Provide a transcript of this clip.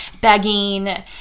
begging